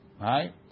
right